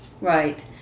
Right